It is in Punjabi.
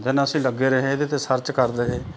ਦਿਨ ਅਸੀਂ ਲੱਗੇ ਰਹੇ ਇਹਦੇ 'ਤੇ ਸਰਚ ਕਰਦੇ ਰਹੇ